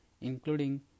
including